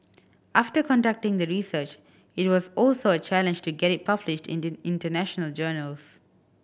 after conducting the research it was also a challenge to get it published in the international journals